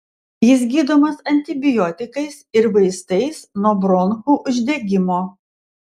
jis gydomas antibiotikais ir vaistais nuo bronchų uždegimo